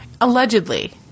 Allegedly